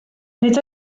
nid